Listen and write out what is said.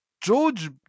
George